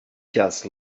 just